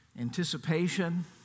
Anticipation